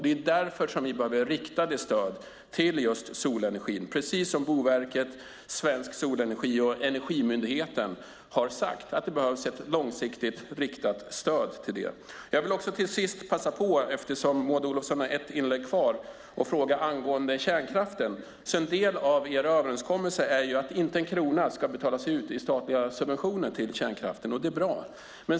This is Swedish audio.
Det är därför vi behöver långsiktigt riktade stöd till solenergin, precis som Boverket, Svensk Solenergi och Energimyndigheten har sagt. Eftersom Maud Olofsson har ett inlägg kvar vill jag passa på och ställa en fråga om kärnkraften. En del av er överenskommelse är att inte en krona ska betalas ut i statliga subventioner till kärnkraften. Det är bra.